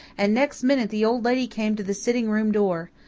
and next minute, the old lady came to the sitting-room door.